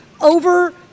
over